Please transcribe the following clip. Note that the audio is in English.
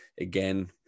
again